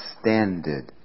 standard